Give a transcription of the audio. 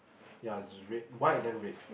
ya it's red white then red